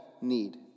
need